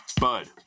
Bud